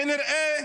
כנראה